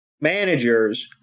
managers